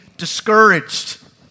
discouraged